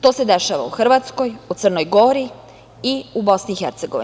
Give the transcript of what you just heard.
To se dešava u Hrvatskoj, Crnoj Gori i BiH.